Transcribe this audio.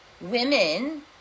Women